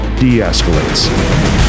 de-escalates